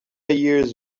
years